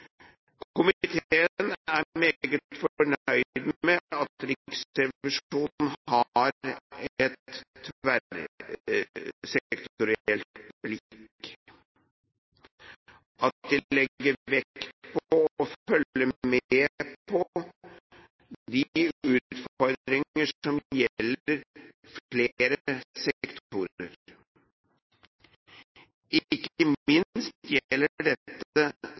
Komiteen er meget fornøyd med at Riksrevisjonen har et tverrsektorielt blikk, at de legger vekt på å følge med på de utfordringene som gjelder flere sektorer. Ikke minst gjelder dette